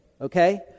Okay